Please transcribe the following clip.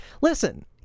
listen